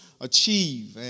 achieve